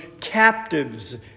captives